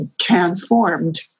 transformed